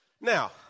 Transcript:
Now